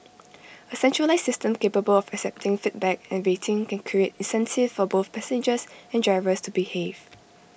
A centralised system capable of accepting feedback and rating can create incentives for both passengers and drivers to behave